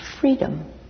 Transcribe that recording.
freedom